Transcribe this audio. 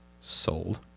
sold